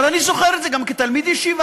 אבל אני זוכר את זה גם כתלמיד ישיבה,